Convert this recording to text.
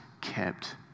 kept